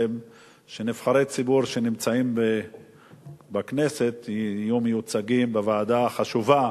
שנבחרי ציבור שנמצאים בכנסת יהיו מיוצגים בוועדה החשובה